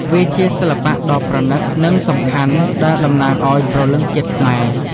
វាជាសិល្បៈដ៏ប្រណិត និងសំខាន់ដែលតំណាងឱ្យព្រលឹងជាតិខ្មែរ។